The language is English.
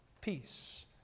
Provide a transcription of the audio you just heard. peace